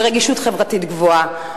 ורגישות חברתית גבוהה,